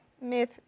myth